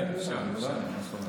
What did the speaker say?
כן, בוודאי, מה זאת אומרת?